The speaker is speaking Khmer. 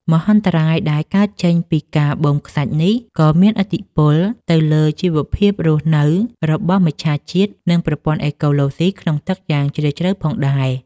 មហន្តរាយដែលកើតចេញពីការបូមខ្សាច់នេះ ក៏មានឥទ្ធិពលទៅលើជីវភាពរស់នៅរបស់មច្ឆជាតិ និងប្រព័ន្ធអេកូឡូស៊ីក្នុងទឹកយ៉ាងជ្រាលជ្រៅផងដែរ។